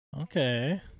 Okay